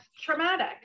traumatic